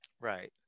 Right